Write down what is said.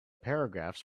paragraphs